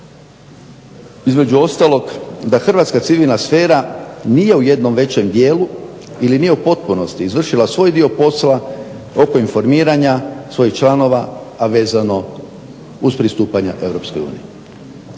između ostalog da hrvatska civilna sfera nije u jednom većem dijelu ili nije u potpunosti izvršila svoj dio posla oko informiranja svojih članova, a vezano uz pristupanje